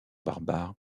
barbares